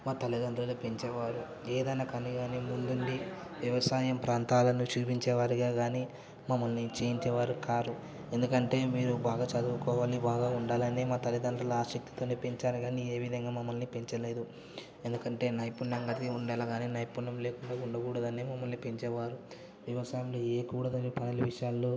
మా తల్లిదండ్రులు పెంచేవారు ఏదైనా కని కానీ ముందుండి వ్యవసాయం ప్రాంతాలను చూపించే వారిగా కానీ మమ్మల్ని చేయించేవారు కారు ఎందుకంటే మీరు బాగా చదువుకోవాలి బాగా ఉండాలని మా తల్లిదండ్రులు ఆసక్తితోనే పెంచారు కానీ ఏ ఏవిధంగా మమ్మల్ని పెంచలేదు ఎందుకంటే నైపుణ్యం కలిగి ఉండాలి కానీ నైపుణ్యం లేకపోతే ఉండకూడదని మమ్మల్ని పెంచేవారు వ్యవసాయంలో ఏ కూడదని పలు విషయాల్లో